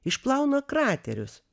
išplauna kraterius